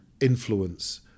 influence